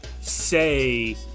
say